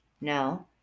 No